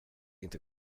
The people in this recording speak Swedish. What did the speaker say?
inte